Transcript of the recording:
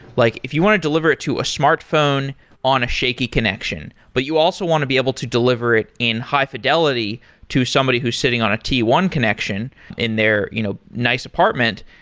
like if you want to deliver it to a smartphone on a shaky connection, but you also want to be able to deliver it in high-fidelity to somebody who's sitting on a t one connection in their you know apartment,